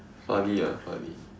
funny ah funny